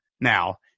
now